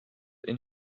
and